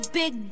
big